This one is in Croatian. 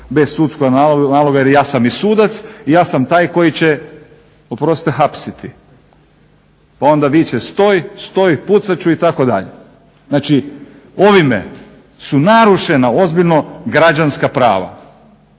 bez sudskog naloga jer ja sam i sudac i ja sam taj koji će, oprostite hapsiti. Pa onda viče stoj, stoj, pucat ću itd. Znači ovime su narušena ozbiljno građanska prava.